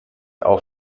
auch